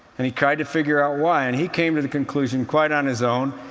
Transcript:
and he tried to figure out why. and he came to the conclusion, quite on his own,